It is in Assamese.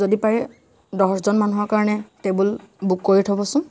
যদি পাৰে দহজন মানুহৰ কাৰণে টেবুল বুক কৰি থ'বচোন